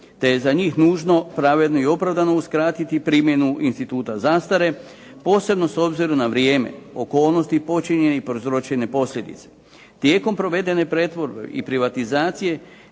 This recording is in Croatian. te je za njih nužno, pravedno i opravdano uskratiti primjenu instituta zastare posebno s obzirom na vrijeme, okolnosti, počinjene i prouzročene posljedice. Tijekom provedene pretvorbe i privatizacije